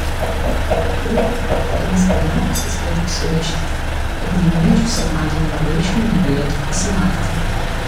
ir viršutines girnapuses liepė suvežti kad nė miežių sekmadienio ragaišiui negalėtų prasimalti